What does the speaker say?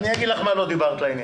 אני אגיד לך במה לא דיברת לעניין.